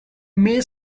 may